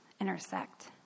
intersect